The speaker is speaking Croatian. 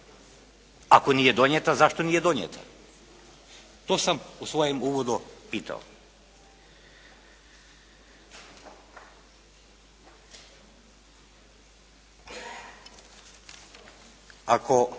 Ako nije donijeta, zašto nije donijeta? To sam u svojem uvodu pitao. Ako